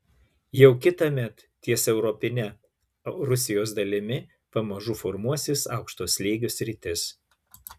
jau kitąmet ties europine rusijos dalimi pamažu formuosis aukšto slėgio sritis